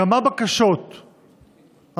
1. כמה בקשות ארכה